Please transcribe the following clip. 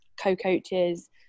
co-coaches